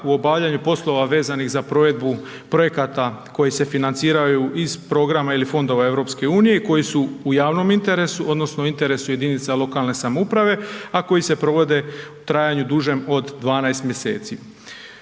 u obavljanju poslova vezanih za provedbu projekata koji se financiranju iz programa ili fondova EU i koji su u javnom interesu odnosno u interesu jedinica lokalne samouprave, a koji se provede u trajanju dužem od 12 mjeseci.